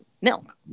milk